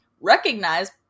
recognize